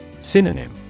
Synonym